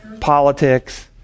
politics